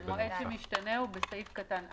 המועד שמשתנה הוא בסעיף קטן (א),